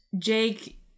Jake